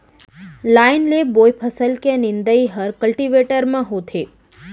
line ले बोए फसल के निंदई हर कल्टीवेटर म होथे